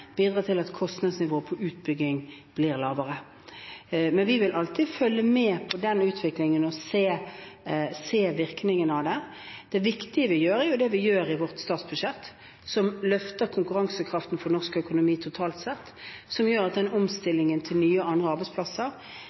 bidrar til at kostnadsnivået på utbygging blir lavere. Men vi vil alltid følge med på den utviklingen og se virkningene av den. Det viktige vi gjør, er det vi gjør i vårt statsbudsjett, som styrker konkurransekraften til norsk økonomi totalt sett, og som legger til rette for omstilling til nye og andre arbeidsplasser.